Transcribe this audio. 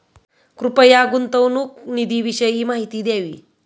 कृपया गुंतवणूक निधीविषयी माहिती द्यावी